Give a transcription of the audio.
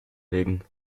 legen